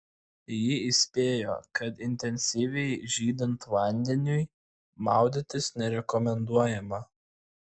ji įspėjo kad intensyviai žydint vandeniui maudytis nerekomenduojama